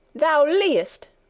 thou liest,